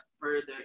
further